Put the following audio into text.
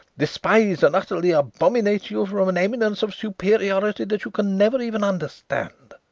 despise and utterly abominate you from an eminence of superiority that you can never even understand.